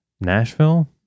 Nashville